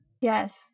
Yes